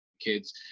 kids